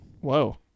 whoa